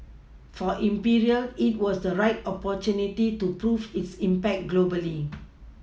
for imperial it was the right opportunity to prove its impact globally